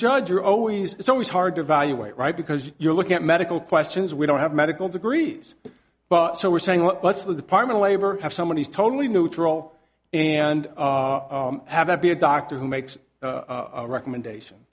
judge are always it's always hard to evaluate right because you're looking at medical questions we don't have medical degrees but so we're saying what's the department of labor have someone who's totally neutral and have that be a doctor who makes a recommendation